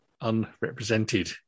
unrepresented